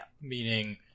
Meaning